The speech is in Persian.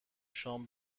شام